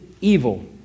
evil